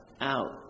out